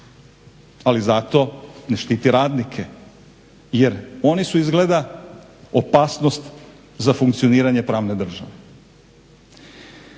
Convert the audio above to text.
Ali zato ne štiti radnike, jer oni su izgleda opasnost za funkcioniranje pravne države.